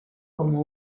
como